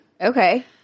Okay